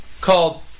called